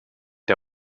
der